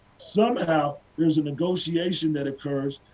somehow, there is a negotiation that occurs,